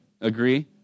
agree